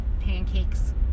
pancakes